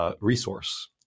Resource